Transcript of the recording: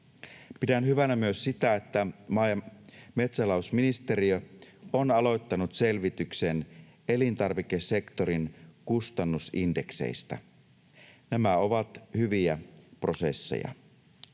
Pidän hyvänä myös sitä, että maa- ja metsätalousministeriö on aloittanut selvityksen elintarvikesektorin kustannusindekseistä. Nämä ovat hyviä prosesseja.